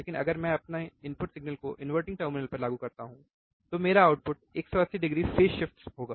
लेकिन अगर मैं अपने इनपुट सिग्नल को इनवर्टिंग टर्मिनल पर लागू करता हूं तो मेरा आउटपुट 180 डिग्री फेज़ शिफ्ट होगा